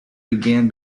began